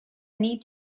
need